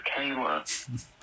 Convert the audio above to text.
Kayla